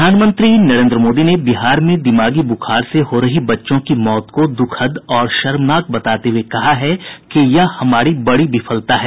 प्रधानमंत्री नरेन्द्र मोदी ने बिहार में दिमागी बुखार से हो रही बच्चों की मौत को दुःखद और शर्मनाक बताते हुये कहा है कि यह हमारी बड़ी विफलता है